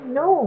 no